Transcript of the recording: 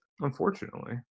Unfortunately